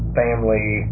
family